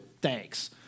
Thanks